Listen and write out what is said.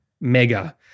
mega